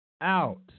out